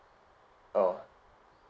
oh